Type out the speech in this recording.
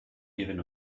giving